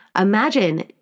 Imagine